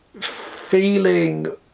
feeling